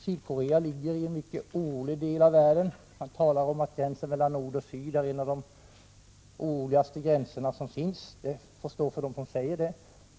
Sydkorea ligger i en mycket orolig del av världen. Det talas om att gränsen mellan Nordkorea och Sydkorea är en av de oroligaste gränserna som finns, vilket får stå för dem som säger det.